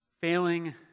failing